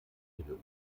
ihre